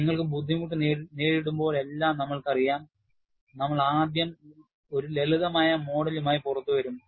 നമ്മൾക്കു ബുദ്ധിമുട്ട് നേരിടുമ്പോഴെല്ലാം നമ്മൾക്കറിയാം നമ്മൾ ആദ്യം ഒരു ലളിതമായ മോഡലുമായി പുറത്തുവരും